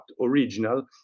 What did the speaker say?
original